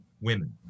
women